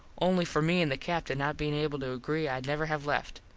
only for me an the captin not bein able to agree id never have left.